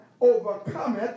overcometh